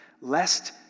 lest